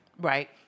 right